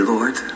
Lord